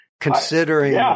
considering